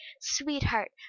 sweetheart